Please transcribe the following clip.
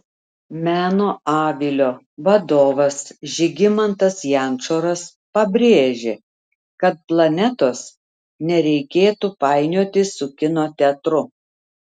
meno avilio vadovas žygimantas jančoras pabrėžė kad planetos nereikėtų painioti su kino teatru